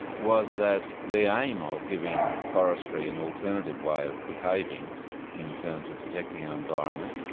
was that the aim of giving forestry an alternative way of behaving in terms of protecting our environment,